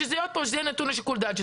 שזה יהיה נתון לשיקול דעת.